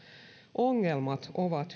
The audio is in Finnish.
ongelmat ovat